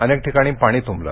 अनेक ठिकाणी पाणी तुंबलं